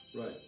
Right